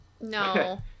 No